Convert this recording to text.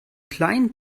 kleinen